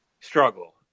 struggle